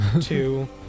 Two